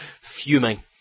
fuming